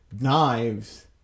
Knives